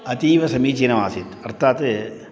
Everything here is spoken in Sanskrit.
अतीव समीचीनमासीत् अर्थात्